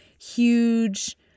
huge